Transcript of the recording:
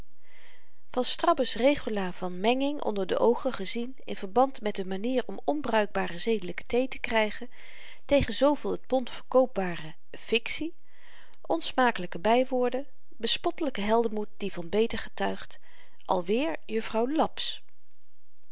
leeren strabbe's regula van menging onder de oogen gezien in verband met de manier om onbruikbare zedelyke thee te krygen tegen zveel t pond verkoopbare fiktie onsmakelyke bywoorden bespottelyke heldenmoed die van beter getuigt alweer juffrouw laps